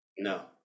No